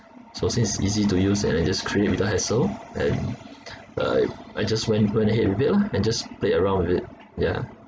so since it's easy to use and I just trade without hassle and I I just went went ahead with it lah and just play around with it ya